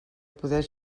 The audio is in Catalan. poder